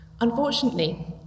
Unfortunately